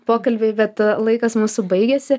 pokalbiui bet laikas mūsų baigėsi